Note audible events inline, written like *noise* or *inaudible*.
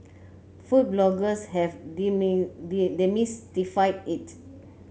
food bloggers have *unintelligible* demystified it